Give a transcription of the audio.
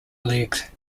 legged